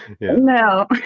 No